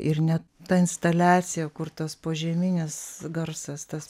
ir net ta instaliacija kur tas požeminis garsas tas